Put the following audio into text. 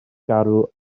garw